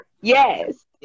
yes